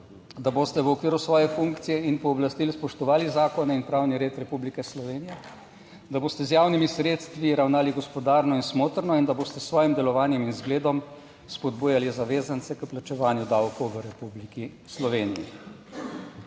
da boste v okviru svoje funkcije in pooblastil spoštovali zakone in pravni red Republike Slovenije, da boste z javnimi sredstvi ravnali gospodarno in smotrno, in da boste s svojim delovanjem in zgledom spodbujali zavezance k plačevanju davkov v Republiki Sloveniji.